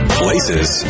places